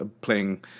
playing